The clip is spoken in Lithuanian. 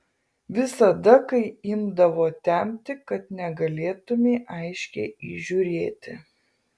visada kai imdavo temti kad negalėtumei aiškiai įžiūrėti